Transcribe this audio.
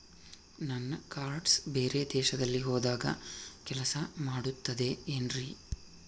ನನ್ನ ಕಾರ್ಡ್ಸ್ ಬೇರೆ ದೇಶದಲ್ಲಿ ಹೋದಾಗ ಕೆಲಸ ಮಾಡುತ್ತದೆ ಏನ್ರಿ?